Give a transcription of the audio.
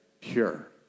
pure